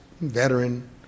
veteran